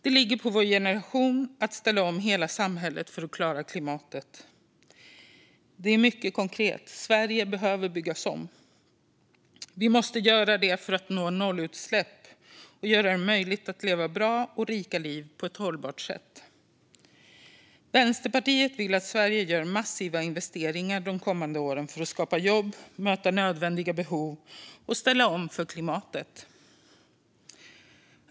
Det ligger på vår generation att ställa om hela samhället för att klara klimatet. Det är mycket konkret: Sverige behöver byggas om. Vi måste göra det för att nå nollutsläpp och göra det möjligt att leva bra och rika liv på ett hållbart sätt. Vänsterpartiet vill att Sverige gör massiva investeringar de kommande åren för att skapa jobb, möta nödvändiga behov och ställa om för klimatet.